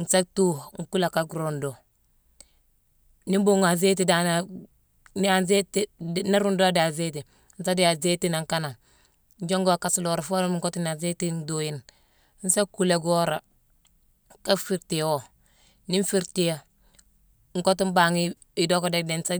nsa thuu kuula ka ruundu. Nii mbuughune azéyiti danane-ni-azéyiti-ndii nla ruundo daa azéyiti, nsa déye azéyiti nangh kanane jongu a kaasuloré foo worama mu kottu ni azéyiti ndhuuyine, nsa kuula goora ka fiirtiyo. Nii nfiirtiya, nkottu mbangh-i- idhocka déck- déck, nsa